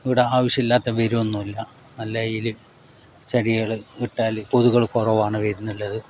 ഇവിടെ ആവശ്യമില്ലത്തത് വരുക ഒന്നുമില്ല നല്ല ഇതിൽ ചെടികൾ ഇട്ടാൽ കൊതുകൾ കുറവാണ് വരുന്നുള്ളത്